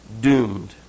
doomed